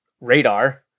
Radar